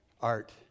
Art